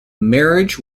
marriage